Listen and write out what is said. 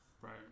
right